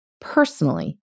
personally